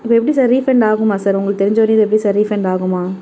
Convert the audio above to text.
இது எப்படி sir refund ஆகுமா சார் உங்களுக்கு தெரிஞ்ச வரையும் எப்படி சார் ரீஃபண்ட் ஆகுமா